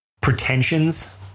Pretensions